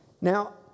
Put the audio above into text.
Now